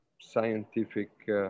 scientific